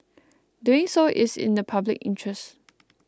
doing so is in the public interest